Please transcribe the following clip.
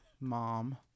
mom